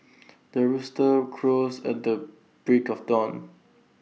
the rooster crows at the break of dawn